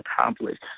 accomplished